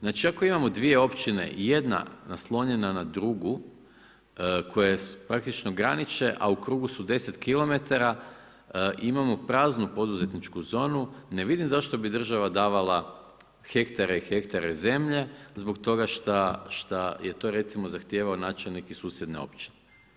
Znači ako imamo dvije općine, jedna naslonjena na drugu koje praktično graniče, a u krugu su 10km imamo praznu poduzetničku zonu, ne vidim zašto bi država davala hektare i hektare zemlje zbog toga šta je to zahtijevao načelnik iz susjedne općine.